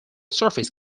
surface